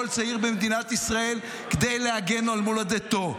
צעיר במדינת ישראל כדי להגן על מולדתו,